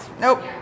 nope